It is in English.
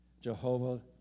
Jehovah